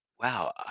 wow